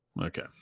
Okay